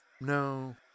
No